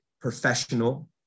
professional